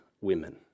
women